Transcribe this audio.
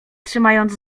trzymając